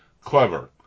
Clever